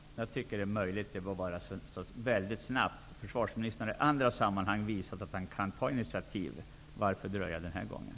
Herr talman! Jag tycker att det är möjligt att göra det mycket snabbt. Försvarsministern har i andra sammanhang visat att han kan ta initiativ. Varför dröja den här gången?